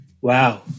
Wow